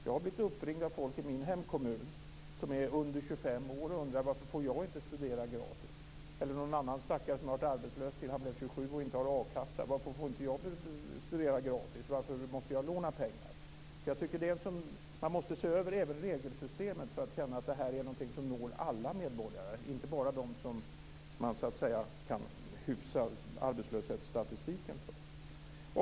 Jag har blivit uppringd av folk i min hemkommun som varit under 25 år och undrat: Varför får jag inte studera gratis? Någon stackare som hade varit arbetslös tills han blev 27 och inte hade någon akassa undrade: Varför får inte jag studera gratis? Varför måste jag låna pengar? Jag tycker alltså att man måste se över även regelsystemet för att känna att det här är någonting som når alla medborgare, inte bara dem som man kan hyfsa arbetslöshetsstatistiken för.